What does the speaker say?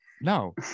No